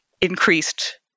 increased